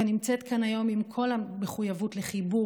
ונמצאת כאן היום עם כל המחויבות לחיבור